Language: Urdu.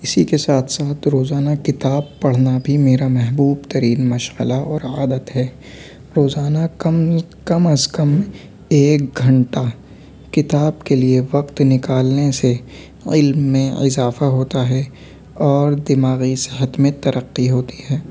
اسی کے ساتھ ساتھ روزانہ کتاب پڑھنا بھی میرا محبوب ترین مشغلہ اور عادت ہے روزانہ کم کم از کم ایک گھنٹا کتاب کے لیے وقت نکالنے سے علم میں اضافہ ہوتا ہے اور دماغی صحت میں ترقی ہوتی ہے